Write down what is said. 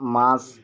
মাছ